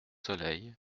soleil